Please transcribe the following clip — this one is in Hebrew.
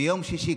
ביום שישי,